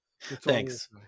Thanks